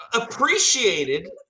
appreciated